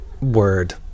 word